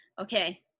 okay